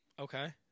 Okay